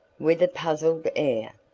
with a puzzled air.